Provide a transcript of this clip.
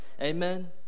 amen